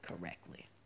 correctly